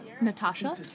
Natasha